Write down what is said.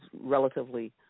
relatively